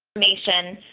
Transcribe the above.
nation,